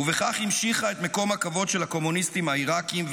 ובכך המשיכה את מקום הכבוד של הקומוניסטים העיראקים,